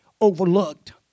Overlooked